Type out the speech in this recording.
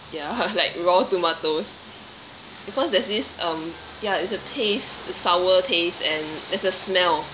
ya like raw tomatoes because there's this um ya it's a taste sour taste and there's a smell